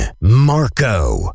Marco